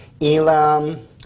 Elam